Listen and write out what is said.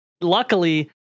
Luckily